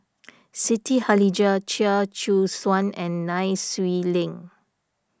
Siti Khalijah Chia Choo Suan and Nai Swee Leng